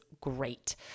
great